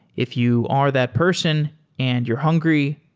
if you are that person and you're hungry,